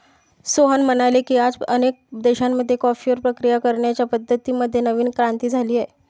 सोहन म्हणाले की, आज अनेक देशांमध्ये कॉफीवर प्रक्रिया करण्याच्या पद्धतीं मध्ये नवीन क्रांती झाली आहे